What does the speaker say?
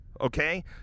Okay